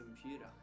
computer